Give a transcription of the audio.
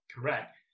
correct